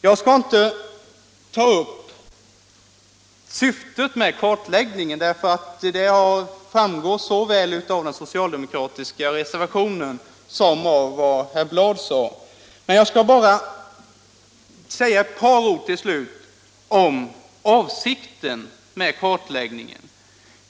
Jag skall inte ta upp syftet med kartläggningen, för det framgår såväl av den socialdemokratiska reservationen som av vad herr Bladh sade. Men jag skall bara säga några ord till slut om avsikten med kartläggningen.